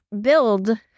build